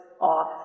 off